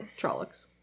trollocs